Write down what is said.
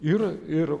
ir ir